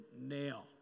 now